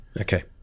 Okay